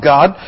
God